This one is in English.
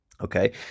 okay